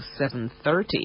7.30